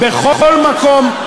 בכל מקום.